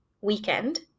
weekend